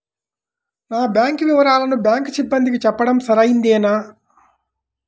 నా బ్యాంకు వివరాలను బ్యాంకు సిబ్బందికి చెప్పడం సరైందేనా?